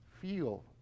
Feel